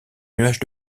nuage